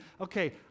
okay